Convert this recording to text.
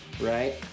Right